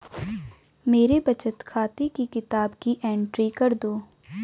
मेरे बचत खाते की किताब की एंट्री कर दो?